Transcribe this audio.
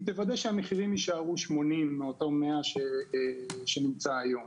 תוודא שהמחירים יישאר 80% או אותו 100% שנמצא הים.